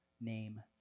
name